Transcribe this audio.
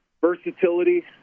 versatility